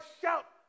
shout